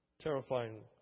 terrifying